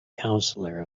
counselor